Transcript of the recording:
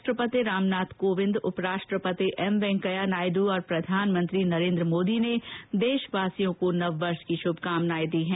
राष्ट्रपति रामनाथ कोविंद उपराष्ट्रपति एम वेंकैया नायड् और प्रधानमंत्री नरेन्द्र मोदी ने देशवासियों को नव वर्ष की शुभकामनाए दी हैं